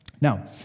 Now